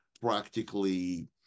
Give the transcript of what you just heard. practically